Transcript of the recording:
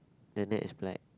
the net is black